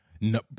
No